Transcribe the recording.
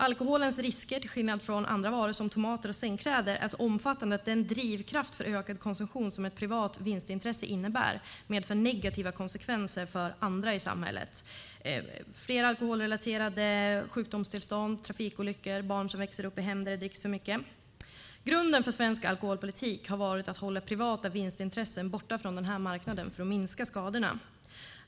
Alkoholens risker är, till skillnad från andra varors, som tomater och sängkläder, så omfattande att den drivkraft för ökad konsumtion som ett privat vinstintresse innebär medför negativa konsekvenser för andra i samhället, som fler alkoholrelaterade sjukdomstillstånd, trafikolyckor och barn som växer upp i hem där det dricks för mycket. Grunden för svensk alkoholpolitik har varit att hålla privata vinstintressen borta från denna marknad för att minska skadorna.